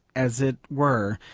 as it were,